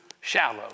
shallow